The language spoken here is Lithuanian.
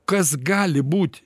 kas gali būti